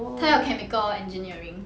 他要 chemical engineering